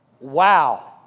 Wow